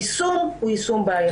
היישום הוא יישום בעייתי.